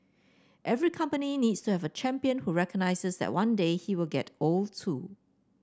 every company needs to have a champion who recognises that one day he will get old too